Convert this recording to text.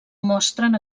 mostren